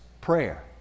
prayer